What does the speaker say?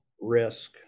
risk